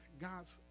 god's